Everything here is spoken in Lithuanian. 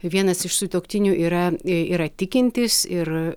vienas iš sutuoktinių yra yra tikintis ir